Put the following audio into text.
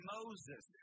Moses